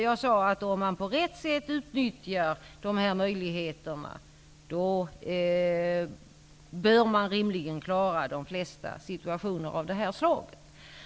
Jag sade att man, om man på rätt sätt utnyttjar möjligheterna, rimligen bör klara de flesta situationer av det här slaget.